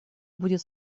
будет